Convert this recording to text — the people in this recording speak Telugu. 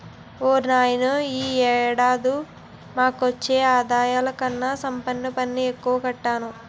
ఓర్నాయనో ఈ ఏడు మాకొచ్చే అద్దెలుకన్నా సంపద పన్నే ఎక్కువ కట్టాను